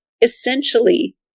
essentially